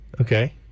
Okay